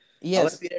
Yes